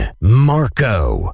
Marco